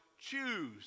choose